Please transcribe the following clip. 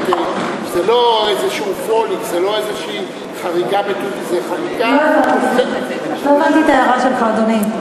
זה לא איזו חריגה, לא הבנתי את ההערה שלך, אדוני.